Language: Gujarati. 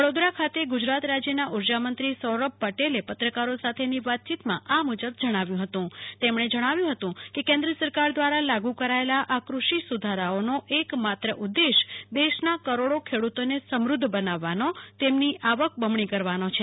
વડોદરા ખાતે ગુજરાત રાજ્યના ઊર્જામંત્રી સૌરભભાઈ પટેલે પત્રકારો સાથેની વાતચીતમાં આ મુજબ જણાવ્યું હતું તેમણે જણાવ્યું કે કેન્દ્ર સરકાર દ્વારા લાગુ કરાચેલા આ ક્રષિ સુ ધારાઓનો એકમાત્ર ઉદ્દેશ દેશના કરોડો ખેડૂતોને સમૃદ્ધ બનાવવાનો તેમની આવક બમણી કરવાનો છે